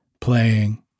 playing